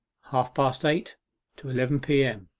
half-past eight to eleven p m.